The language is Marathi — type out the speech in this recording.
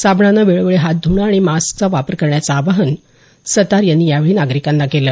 साबणाने वेळोवेळी हात धूणे आणि मास्कचा वापर करण्याचं आवाहन सत्तार यांनी यावेळी नागरिकांना केलं